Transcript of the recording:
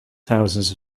thousands